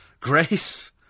Grace